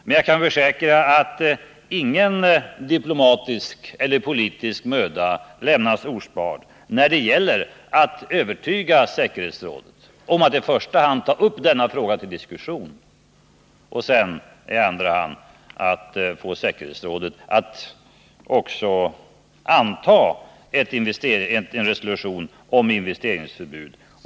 Men jag kan försäkra att ingen diplomatisk möda spars när det gäller att i första hand övertyga säkerhetsrådets medlemmar om att man bör ta upp denna fråga till diskussion och i andra hand få säkerhetsrådet att anta en resolution om investeringsförbud.